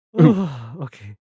Okay